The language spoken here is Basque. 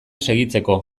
segitzeko